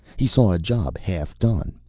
he saw a job half done.